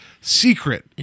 secret